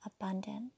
abundant